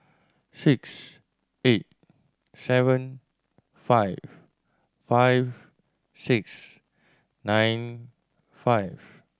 six eight seven five five six nine five